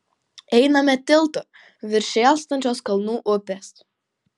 einame tiltu virš šėlstančios kalnų upės